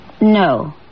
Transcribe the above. No